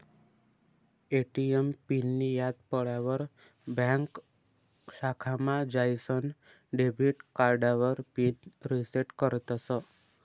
ATM पिननीं याद पडावर ब्यांक शाखामा जाईसन डेबिट कार्डावर पिन रिसेट करतस